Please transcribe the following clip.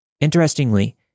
Interestingly